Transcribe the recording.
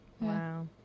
Wow